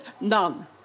None